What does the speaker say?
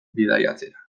bidaiatzera